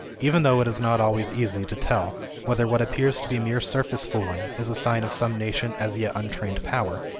even though it is not always easy to tell whether what appears to be mere surface fooling is a sign of some nascent as yet untrained power,